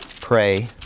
pray